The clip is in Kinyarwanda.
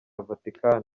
vatican